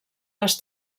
les